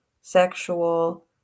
sexual